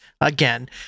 again